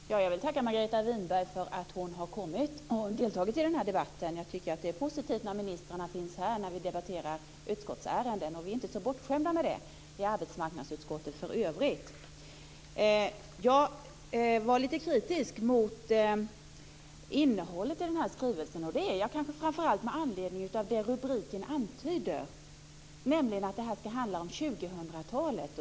Herr talman! Jag vill tacka Margareta Winberg för att hon har kommit och deltagit i den här debatten. Jag tycker att det är positivt när ministrarna finns här när vi debatterar utskottsärenden. Vi är inte så bortskämda med det i arbetsmarknadsutskottet för övrigt. Jag var lite kritisk mot innehållet i den här skrivelsen - kanske framför allt med anledning av det rubriken antyder, nämligen att det här ska handla om 2000-talet.